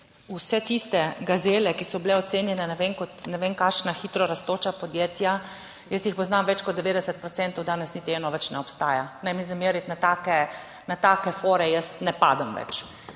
vse tiste gazele, ki so bile ocenjene, ne vem, kot ne vem kakšna hitro rastoča podjetja, jaz jih poznam več kot 90 procentov, danes niti eno več ne obstaja. Ne mi zameriti. Na take fore jaz ne padam več.